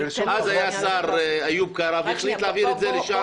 אז היה השר איוב קרא והוא החליט להעביר את זה לשם.